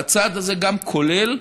והצעד הזה גם כולל